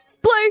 blue